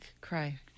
cry